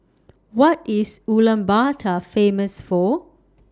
What IS Ulaanbaatar Famous For